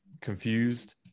confused